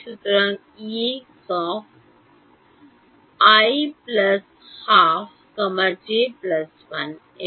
সুতরাং Exi 12 j 1 এবং